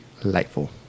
delightful